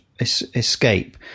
escape